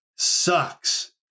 sucks